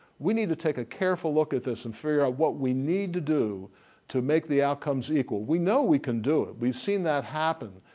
we need to take a careful look at this and figure out what we need to do to make the outcomes equal. we know we can do it. we have seen that happen,